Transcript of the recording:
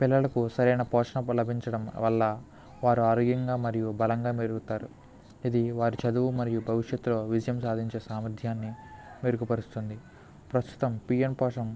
పిల్లలకు సరైన పోషణం లభించడం వల్ల వారు ఆరోగ్యంగా మరియు బలంగా పెరుగుతారు ఇది వారు చదువు మరియు భవిష్యత్తులో విజయం సాధించే సామర్థ్యాన్ని మెరుగు పరుస్తుంది ప్రస్తుతం పీఎం పోషణ్